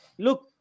Look